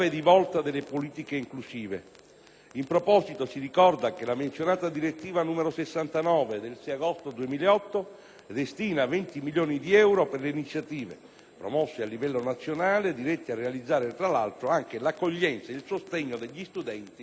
In proposito, si ricorda che la menzionata direttiva n. 69 del 6 agosto 2008 destina 20 milioni di euro per le iniziative, promosse a livello nazionale, dirette a realizzare, tra l'altro, anche l'accoglienza e il sostegno degli studenti con famiglie straniere.